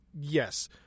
Yes